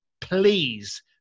please